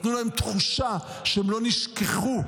נתנו להם תחושה שהם לא נשכחו.